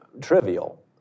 trivial